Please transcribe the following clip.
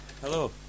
Hello